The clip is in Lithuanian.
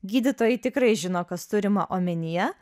gydytojai tikrai žino kas turima omenyje